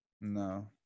No